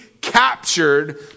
captured